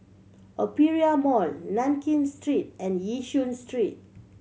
Aperia Mall Nankin Street and Yishun Street